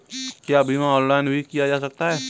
क्या बीमा ऑनलाइन भी किया जा सकता है?